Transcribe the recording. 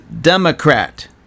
Democrat